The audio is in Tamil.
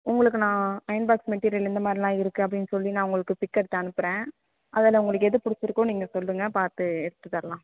உங்களுக்கு நான் அயன்பாக்ஸ் மெட்டிரியல் எந்த மாதிரிலாம் இருக்குது அப்படின்னு சொல்லி நான் உங்களுக்கு பிக் எடுத்து அனுப்புகிறேன் அதில் உங்களுக்கு எது பிடிச்சிருக்கோ நீங்கள் சொல்லுங்கள் பார்த்து எடுத்து தரலாம்